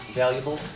valuable